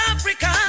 Africa